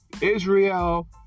Israel